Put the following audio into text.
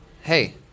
hey